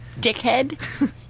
dickhead